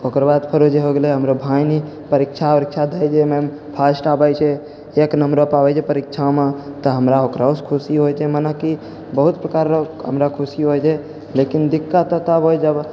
ओकरबाद फेरो जे हो गेलै हमरो भाइ नी परीक्षा वरीक्षा दै छै जाहिमे फर्स्ट आबै छै एक नम्बरोपर आबै छै परीक्षामे तऽ हमरा ओकरोसँ खुशी होइ छै मानेकि बहुत प्रकार रऽ हमरा खुशी होइ छै लेकिन दिक्कत तऽ तब होइ छै जब